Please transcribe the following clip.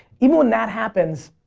even when that happens.